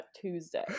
tuesday